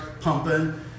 pumping